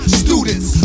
students